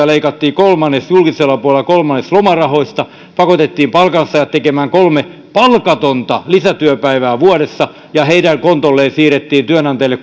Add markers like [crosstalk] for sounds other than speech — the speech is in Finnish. [unintelligible] leikattiin julkisella puolella kolmannes lomarahoista pakotettiin palkansaajat tekemään kolme palkatonta lisätyöpäivää vuodessa ja heidän kontolleen siirrettiin työnantajille [unintelligible]